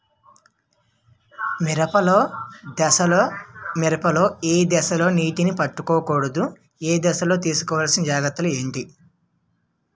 మిరప లో ఏ దశలో నీటినీ పట్టకూడదు? ఏపు దశలో తీసుకోవాల్సిన జాగ్రత్తలు ఏంటి?